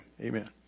amen